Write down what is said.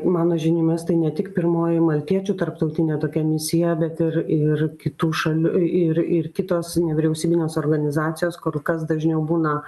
mano žiniomis tai ne tik pirmoji maltiečių tarptautinė tokia misija bet ir ir kitų šalių ir ir kitos nevyriausybinės organizacijos kur kas dažniau būna